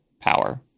power